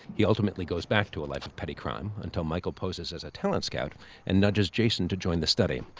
he ultimately goes back to a life of petty crime until michael poses as a talent scout and nudges jason to join the study.